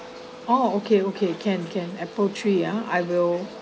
oh okay okay can can apple tree ya I will